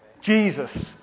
Jesus